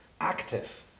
active